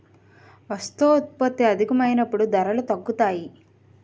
వస్తోత్పత్తి అధికమైనప్పుడు ధరలు తగ్గుతాయి